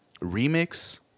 remix